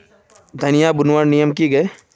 धनिया बूनवार नियम की गे?